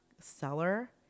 seller